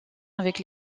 avec